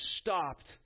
stopped